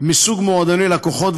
מסוג מועדוני לקוחות,